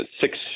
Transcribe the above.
six